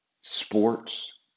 sports